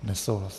Nesouhlas.